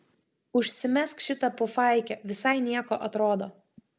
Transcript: užsimesk šitą pufaikę visai nieko atrodo